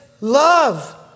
love